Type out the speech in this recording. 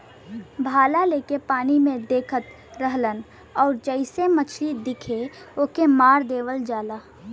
भाला लेके पानी में देखत रहलन आउर जइसे मछरी दिखे ओके मार देवल जाला